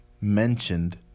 mentioned